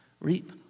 reap